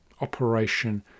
operation